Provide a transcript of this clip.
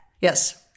Yes